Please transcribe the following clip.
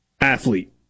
athlete